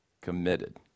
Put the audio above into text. committed